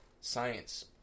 science